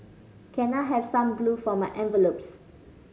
can I have some glue for my envelopes